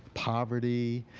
poverty,